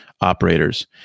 operators